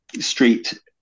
street